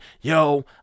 Yo